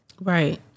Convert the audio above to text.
Right